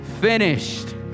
finished